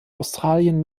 australien